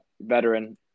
veteran